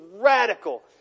radical